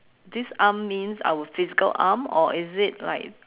this arm means our physical arm or is it like